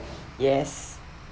yes